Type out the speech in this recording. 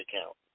account